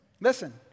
Listen